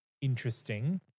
interesting